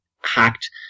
hacked